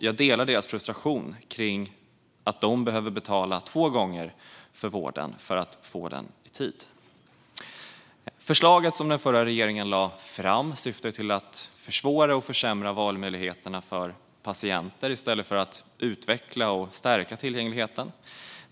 Jag delar deras frustration över att de behöver betala två gånger för vård för att få den i tid. Det förslag som den förra regeringen lade fram syftade till att försvåra och försämra valmöjligheterna för patienter i stället för att utveckla och stärka tillgängligheten.